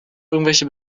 irgendwelche